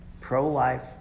pro-life